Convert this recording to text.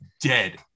dead